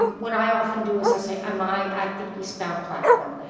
what i often do is i say, am i at the eastbound platform?